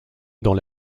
dans